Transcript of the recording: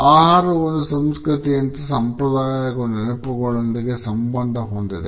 ಆಹಾರವು ಒಂದು ಸಂಸ್ಕೃತಿಯಂತೆ ಸಂಪ್ರದಾಯ ಹಾಗೂ ನೆನಪುಗಳೊಂದಿಗೆ ಸಂಬಂಧ ಹೊಂದಿದೆ